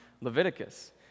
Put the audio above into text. Leviticus